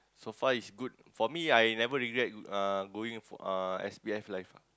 so far is good for me I never regret uh going uh S_P_F life